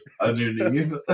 underneath